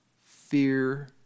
fear